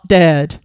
dead